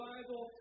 Bible